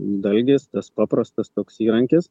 dalgis tas paprastas toks įrankis